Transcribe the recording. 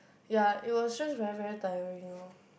ya it was just very very tiring lorh